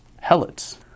helots